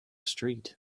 street